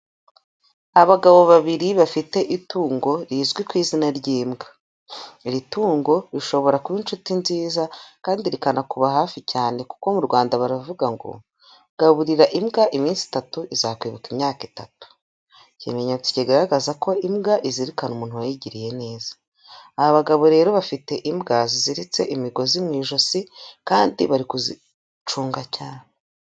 Abagabo babiri bafite itungo rizwi ku izina ry'imbwa, iri tungo rishobora kuba inshuti nziza kandi rikanakuba hafi cyane kuko mu Rwanda baravuga ngo gaburira imbwa iminsi itatu, izakwibuka imyaka itatu. Ikimenyetso kigaragaza ko imbwa izirikana umuntu wayigiriye neza, aba bagabo rero bafite imbwa ziziritse imigozi mu ijosi kandi bari kuzicunga cyane.